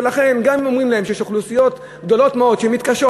גם אם אומרים להם שיש אוכלוסיות גדולות מאוד שמתקשות.